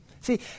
See